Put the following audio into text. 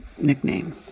nickname